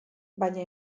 baina